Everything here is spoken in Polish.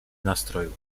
nastrojów